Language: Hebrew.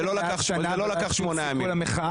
זה לא לקח שמונה ימים.